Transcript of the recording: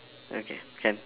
okay can